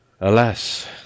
alas